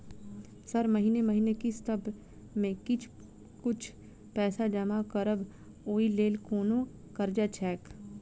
Sir महीने महीने किस्तसभ मे किछ कुछ पैसा जमा करब ओई लेल कोनो कर्जा छैय?